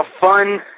fun